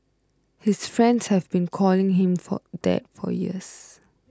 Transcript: his friends have been calling him for that for years